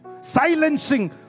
Silencing